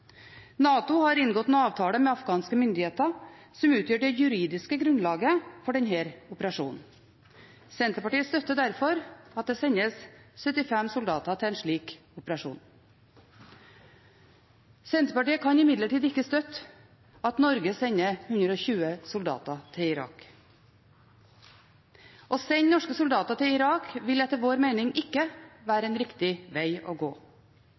NATO har inngått en avtale med afghanske myndigheter som utgjør det juridiske grunnlaget for denne operasjonen. Senterpartiet støtter derfor at det sendes 75 soldater til en slik operasjon. Senterpartiet kan imidlertid ikke støtte at Norge sender 120 soldater til Irak. Å sende norske soldater til Irak vil etter vår mening ikke være en riktig veg å gå.